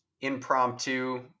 impromptu